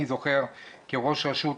כראש רשות,